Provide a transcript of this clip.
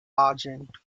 argent